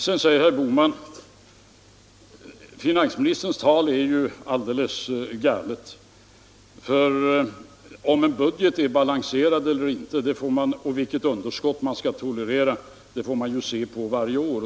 Sedan säger herr Bohman: Finansministerns tal är ju alldeles galet, för om en budget är balanserad eller inte och vilket underskott man skall tolerera får man se på varje år.